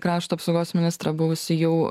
krašto apsaugos ministrą buvusį jau